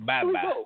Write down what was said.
Bye-bye